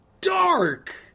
dark